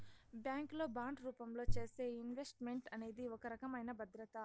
bank లో bond రూపంలో చేసే ఇన్వెస్ట్ మెంట్ అనేది ఒక రకమైన భద్రత